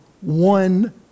one